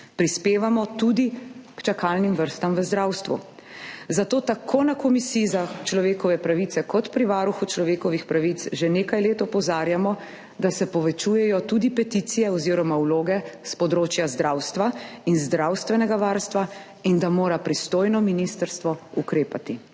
prispevamo tudi k čakalnim vrstam v zdravstvu. Zato tako na komisiji za človekove pravice kot pri Varuhu človekovih pravic že nekaj let opozarjamo, da se povečujejo tudi peticije oziroma vloge s področja zdravstva in zdravstvenega varstva in da mora pristojno ministrstvo ukrepati.